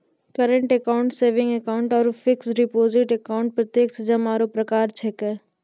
current account saving account आरु fix deposit account प्रत्यक्ष जमा रो प्रकार छिकै